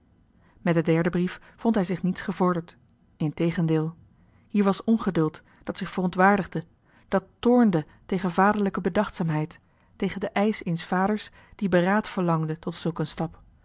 met den derden brief vond hij zich niets gevorderd integendeel hier was ongeduld dat zich verontwaardigde dat trnde tegen vaderlijke bedachtzaamheid tegen den eisch eens vaders die beraad verlangde tot zulk een stap